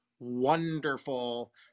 wonderful